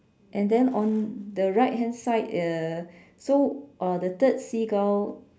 and then on the right hand side uh so uh the third seagull